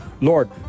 Lord